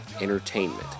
Entertainment